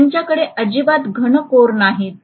त्यांच्याकडे अजिबात घन कोर नाहीत